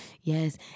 yes